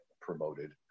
promoted